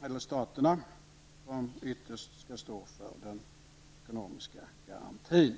båda staterna som ytterst skall stå för den ekonomiska garantin.